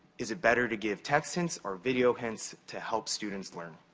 is it better to give text hints or video hints to help students learn?